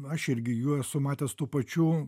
aš irgi jų esu matęs tų pačių